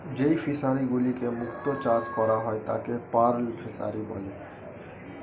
যেই ফিশারি গুলিতে মুক্ত চাষ করা হয় তাকে পার্ল ফিসারী বলে